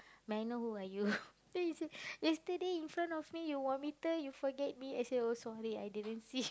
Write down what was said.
may I know who are you then she say yesterday in front of me you vomited you forget me I say oh sorry I didn't see